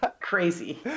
Crazy